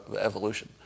evolution